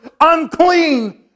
unclean